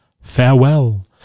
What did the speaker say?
farewell